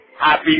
Happy